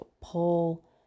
pull